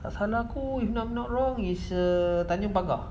kat sana kot if I'm not wrong is err tanjong pagar